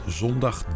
zondag